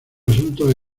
asuntos